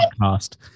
podcast